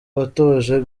watoje